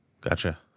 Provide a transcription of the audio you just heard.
Gotcha